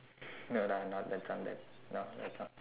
no lah not that song not that song